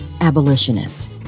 abolitionist